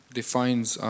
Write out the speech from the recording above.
defines